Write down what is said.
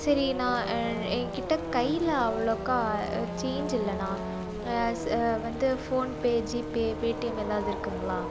சரி நான் என்கிட்ட கையில அவ்வளோக்கா சேஞ்ச் இல்லைண்ணா ச வந்து ஃபோன்பே ஜிபே பேடிஎம் ஏதாவது இருக்குங்களா